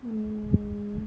mm